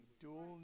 dual